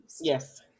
Yes